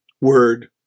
Word